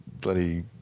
bloody